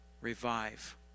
Revive